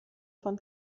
von